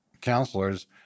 counselors